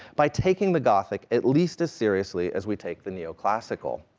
by taking the gothic at least as seriously as we take the neoclassical,